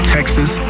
Texas